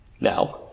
Now